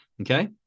Okay